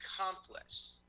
accomplice